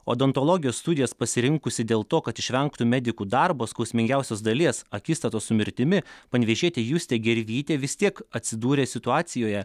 odontologijos studijas pasirinkusi dėl to kad išvengtų medikų darbo skausmingiausios dalies akistatos su mirtimi panevėžietė justė gervytė vis tiek atsidūrė situacijoje